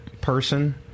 person